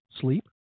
Sleep